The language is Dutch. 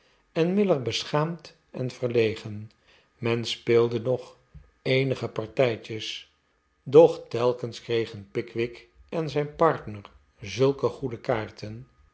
en miller beschaamd en verlegen men speelde nog eenige partijtjes doch telkens kregen pickwick en zijn partner zulke goede kaarten